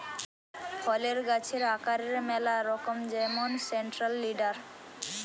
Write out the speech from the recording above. ফলের গাছের আকারের ম্যালা রকম যেমন সেন্ট্রাল লিডার